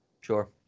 sure